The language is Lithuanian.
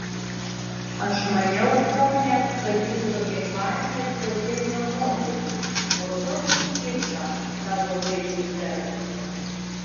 aš maniau ponia kad jūs tokia faina ir protinga moteris o tokį kičą savo vaikui perkate